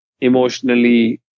emotionally